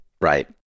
right